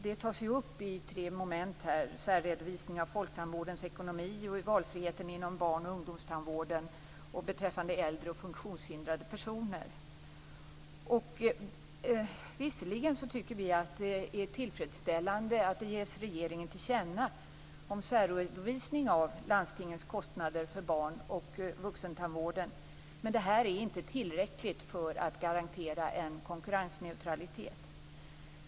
Den frågan tas upp under tre moment här: särredovisning av Folktandvårdens ekonomi, valfriheten inom barn och ungdomstandvården samt äldre och funktionshindrade personer. Visserligen tycker vi att det är tillfredsställande att det ges regeringen till känna om en särredovisning av landstingens kostnader för barn och vuxentandvården. Men det här är inte tillräckligt för att garantera en konkurrensneutralitet.